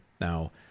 Now